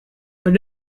but